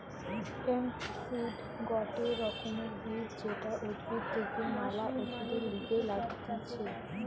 hemp seed গটে রকমের বীজ যেটা উদ্ভিদ থেকে ম্যালা ওষুধের লিগে লাগতিছে